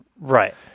Right